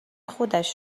خودش